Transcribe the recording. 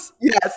yes